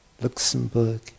Luxembourg